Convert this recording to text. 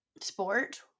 sport